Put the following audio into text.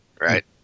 Right